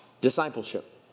discipleship